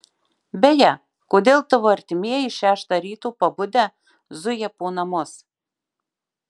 beje kodėl tavo artimieji šeštą ryto pabudę zuja po namus